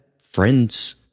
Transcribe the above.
friends